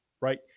right